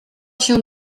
się